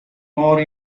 more